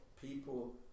people